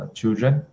children